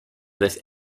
this